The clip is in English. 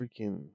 Freaking